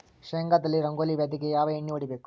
ಶೇಂಗಾದಲ್ಲಿ ರಂಗೋಲಿ ವ್ಯಾಧಿಗೆ ಯಾವ ಎಣ್ಣಿ ಹೊಡಿಬೇಕು?